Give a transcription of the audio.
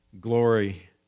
glory